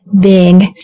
big